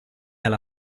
alla